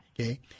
Okay